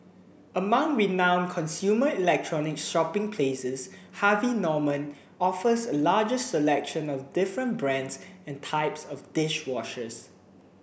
among renowned consumer electronics shopping places Harvey Norman offers a largest selection of different brands and types of dish washers